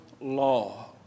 law